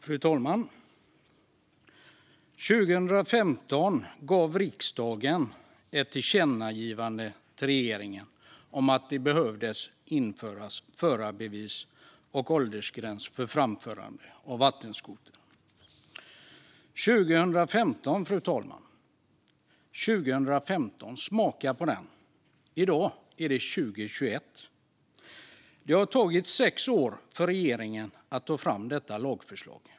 Fru talman! År 2015 gav riksdagen ett tillkännagivande till regeringen om att det behövde införas förarbevis och åldersgräns för framförande av vattenskoter. Det var 2015, fru talman. Smaka på den! I dag är det 2021. Det har tagit sex år för regeringen att ta fram detta lagförslag.